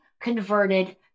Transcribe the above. converted